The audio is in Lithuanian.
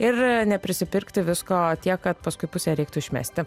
ir neprisipirkti visko tiek kad paskui pusę reiktų išmesti